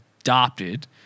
adopted